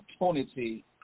opportunity